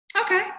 Okay